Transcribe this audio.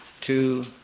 two